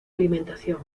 alimentación